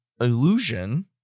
illusion